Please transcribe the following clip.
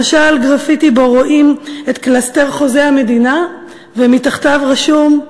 למשל גרפיטי שבו רואים את קלסתר חוזה המדינה ומתחתיו רשום: